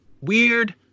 weird